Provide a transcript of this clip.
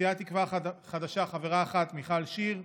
סיעת תקווה חדשה, חברה אחת, מיכל שיר,